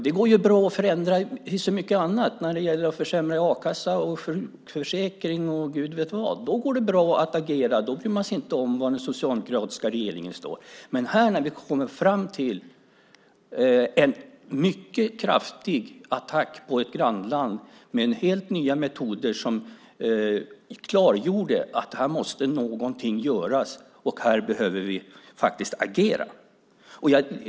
Det går bra att förändra i så mycket annat. Man försämrar i a-kassa, sjukförsäkring och Gud vet vad. Då går det bra att agera. Då bryr man sig inte om var den socialdemokratiska regeringen stod. Men så är det inte när vi kommer till en mycket kraftig attack mot ett grannland med helt nya metoder, som klargjorde att vi faktiskt behöver agera här.